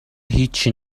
هیچی